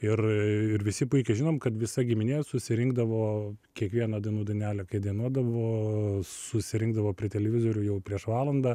ir ir visi puikiai žinom kad visa giminė susirinkdavo kiekvieną dainų dainelę kai dainuodavo susirinkdavo prie televizorių jau prieš valandą